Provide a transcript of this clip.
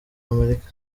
amerika